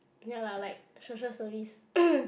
ya lah like social service